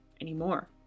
anymore